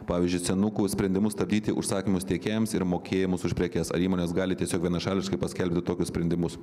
pavyzdžiui senukų sprendimus stabdyti užsakymus tiekėjams ir mokėjimus už prekes ar įmonės gali tiesiog vienašališkai paskelbti tokius sprendimus